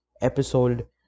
episode